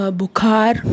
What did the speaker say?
bukhar